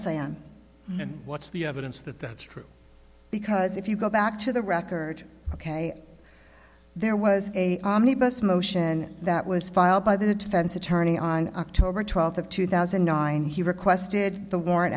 am and what's the evidence that that's true because if you go back to the record ok there was a omnibus motion that was filed by the defense attorney on october twelfth of two thousand and nine he requested the warrant